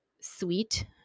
sweet